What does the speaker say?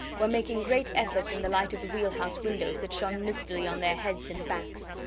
were making great efforts in the light of the wheelhouse windows that shone mistily on their heads and backs.